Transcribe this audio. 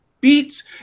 beats